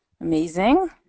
amazing